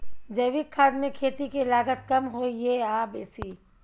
जैविक खाद मे खेती के लागत कम होय ये आ बेसी?